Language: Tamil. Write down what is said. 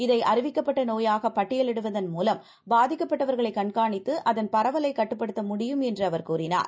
இதைஅறிவிக்கப்பட்டநோயாகபட்டியலிடுவதன்மூலம்பாதிக்கப்பட்டவர்க ளைக்கண்காணித்துஅதன்பரவலைக்கட்டுப்படுத்தமுடியும்என்றுஅவர்கூறி னார்